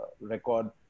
record